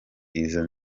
izo